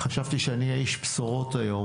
חשבתי שאהיה איש בשורות היום.